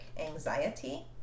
anxiety